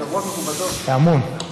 זה המון.